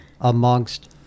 amongst